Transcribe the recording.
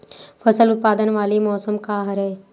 फसल उत्पादन वाले मौसम का हरे?